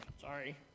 Sorry